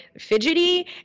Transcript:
fidgety